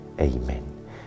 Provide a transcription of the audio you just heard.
Amen